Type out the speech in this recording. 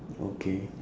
okay